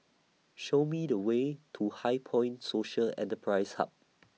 Show Me The Way to HighPoint Social Enterprise Hub